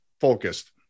focused